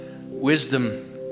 wisdom